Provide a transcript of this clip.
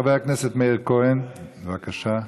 חבר הכנסת מאיר כהן, בבקשה.